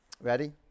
Ready